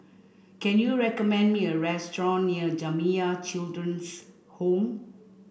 can you recommend me a restaurant near Jamiyah Children's Home